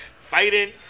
Fighting